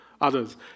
others